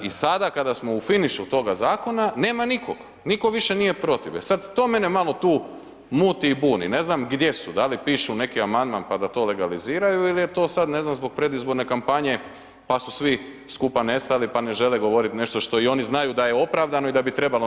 I sada kada smo u finišu toga zakona, nema nikog, nitko više nije protiv, e sad to mene malo tu muti i buni, ne znam gdje su, da li pišu neki amandman pa da to legaliziraju ili je to sad ne znam zbog predizborne kampanje pa su svi skupa nestali, pa ne žele govorit nešto što i oni znaju da je opravdano i da bi trebao napraviti.